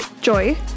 Joy